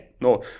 No